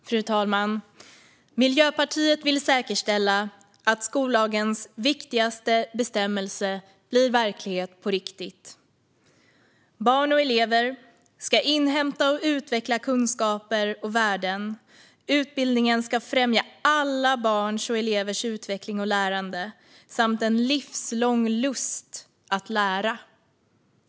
Fru talman! Miljöpartiet vill säkerställa att skollagens viktigaste bestämmelse blir verklighet på riktigt. Barn och elever ska inhämta och utveckla kunskaper och värden. Utbildningen ska främja alla barns och elevers utveckling och lärande samt en livslång lust att lära.